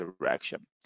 direction